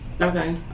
Okay